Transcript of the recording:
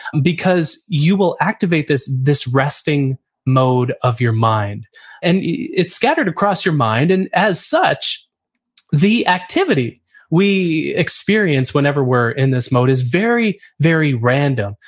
because you will activate this resting resting mode of your mind and it's scattered across your mind, and as such the activity we experience whenever we're in this mode is very, very random.